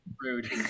Rude